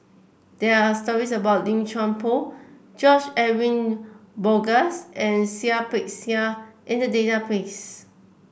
there are stories about Lim Chuan Poh George Edwin Bogaars and Seah Peck Seah in the database